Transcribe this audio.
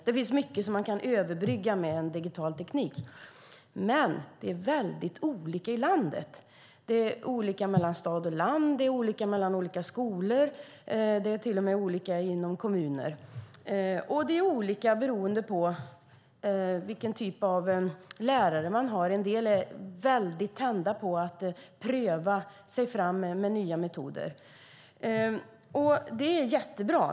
Det finns mycket man kan överbrygga med digital teknik, men det är väldigt olika i landet. Det är olika mellan stad och land, det är olika mellan olika skolor, och det är till och med olika inom kommuner och beroende på vilken typ av lärare man har. En del är väldigt tända på att pröva sig fram med nya metoder, och det är jättebra.